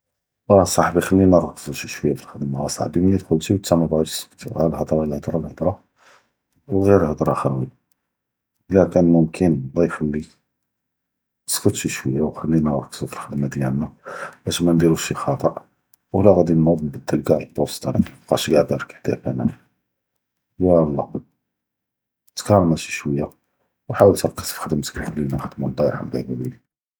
אסח’בי כלינא רקזו שי שוייה פי אלח’דמה, אסח’בי מלי דכלתי תא מבאגאש תסקט אללהדרה, אללהדרה, אללהדרה, ו ע’יר הלדרה חאוויה, לקאן מומקין אללה יח’ליק סקט שי שוייה ו כלינא רקזו פי אלח’דמה דיאלנא, לאזם מנדירוש שי ח’טא ולא גאיד נוד נבדל קאל בوسط האדאק, מאיבקאש כאדר הכאק. יאללה תקאלמא שי שוייה וח’אול תנק’ס פי ח’דמתכ, כלינא נחת’מו, אללה ירחם ליק אלוולדין.